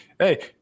Hey